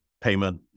payment